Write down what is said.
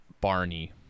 Barney